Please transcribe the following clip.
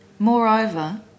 Moreover